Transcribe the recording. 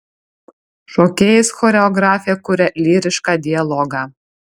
šokėjais choreografė kuria lyrišką dialogą